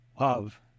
love